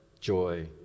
joy